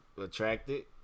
Attracted